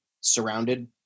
surrounded